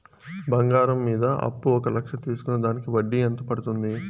బంగారం మీద అప్పు ఒక లక్ష తీసుకున్న దానికి వడ్డీ ఎంత పడ్తుంది?